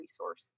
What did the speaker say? resource